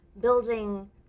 building